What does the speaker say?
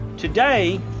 Today